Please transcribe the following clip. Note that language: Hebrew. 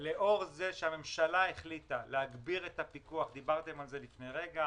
לאור זה שהממשלה החליטה להגביר את הפיקוח דיברתם על זה לפני רגע